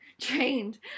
trained